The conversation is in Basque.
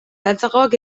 latzagoak